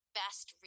best